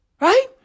Right